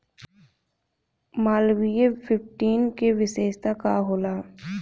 Malviya fifteen के विशेषता का होला?